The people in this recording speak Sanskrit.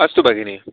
अस्तु भगिनी